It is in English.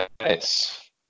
nice